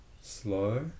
slow